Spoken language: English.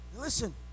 listen